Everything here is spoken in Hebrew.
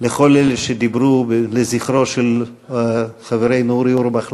לכל אלה שדיברו לזכרו של חברנו אורי אורבך לדבר,